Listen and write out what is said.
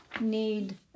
need